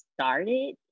started